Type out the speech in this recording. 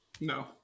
No